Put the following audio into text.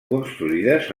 construïdes